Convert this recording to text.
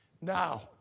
Now